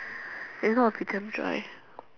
if not will become dry